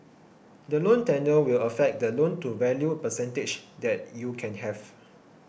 the loan tenure will affect the loan to value percentage that you can have